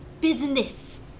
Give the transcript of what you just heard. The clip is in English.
business